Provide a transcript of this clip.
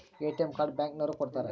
ATM card bank ನವರು ಕೊಡ್ತಾರ